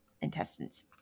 intestines